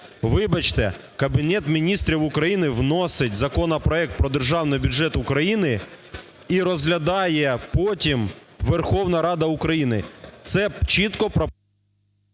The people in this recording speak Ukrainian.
Вибачте, Кабінет Міністрів України вносить законопроект про Державний бюджет України, і розглядає потім Верховна Рада України. Це чітко прописано…